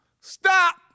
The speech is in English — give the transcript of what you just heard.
Stop